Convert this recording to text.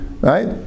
right